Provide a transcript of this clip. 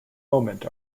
moment